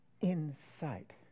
Insight